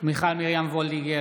מיכל מרים וולדיגר,